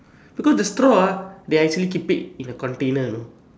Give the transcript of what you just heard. because the straw ah they actually keep it in a container know